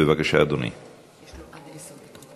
בבקשה, אדוני.